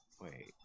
Wait